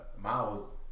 Miles